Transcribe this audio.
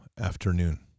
afternoon